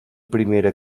primera